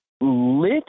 lit